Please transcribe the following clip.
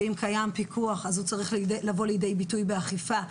ואם קיים פיקוח אז הוא צריך לבוא לידי ביטוי באכיפה,